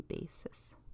basis